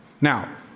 Now